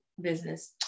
business